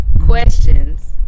questions